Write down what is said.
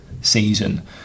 season